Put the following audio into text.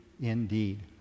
indeed